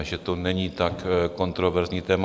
Že to není tak kontroverzní téma.